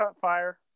fire